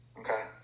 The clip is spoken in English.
Okay